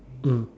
mm